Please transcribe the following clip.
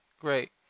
great